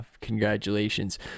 congratulations